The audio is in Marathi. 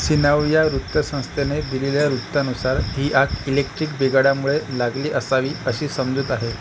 सिन्हव या वृत्तसंस्थेने दिलेल्या वृत्तानुसार ही आग इलेक्ट्रिक बिघाडामुळे लागली असावी अशी समजूत आहे